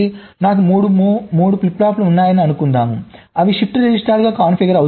నాకు 3 flip flops ఉన్నాయని అనుకుందాం అవి షిఫ్ట్ రిజిస్టర్లుగా కాన్ఫిగర్ అవుతున్నాయి